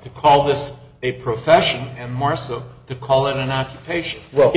to call this a profession and more so to call it an occupation well